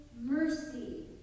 mercy